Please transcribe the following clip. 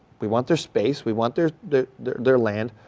we want their space, we want their the their their land,